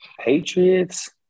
Patriots